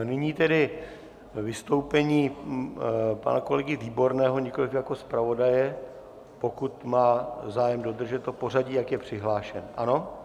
Nyní tedy vystoupení pana kolegy Výborného, nikoliv jako zpravodaje, pokud má zájem dodržet to pořadí, jak je přihlášen, ano?